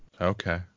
Okay